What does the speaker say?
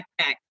backpack